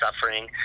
suffering